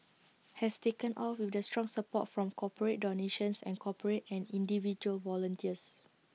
has taken off with the strong support from corporate donations and corporate and individual volunteers